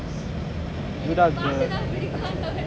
எனக்கு அதுல:enakku athula